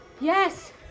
Yes